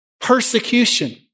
persecution